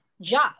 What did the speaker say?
job